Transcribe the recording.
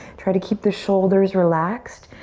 try to keep the shoulders relaxed.